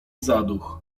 zaduch